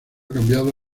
cambiado